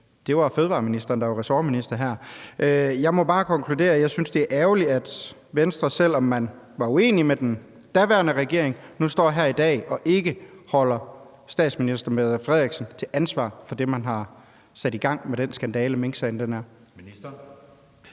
det var fødevareministeren, der var ressortminister her. Jeg må bare konkludere, at jeg synes, det er ærgerligt, at Venstre, selv om man var uenig med den daværende regering, nu står her i dag og ikke holder statsministeren ansvarlig for det, der blev sat i gang med den skandale, minksagen er.